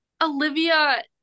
Olivia